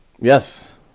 Yes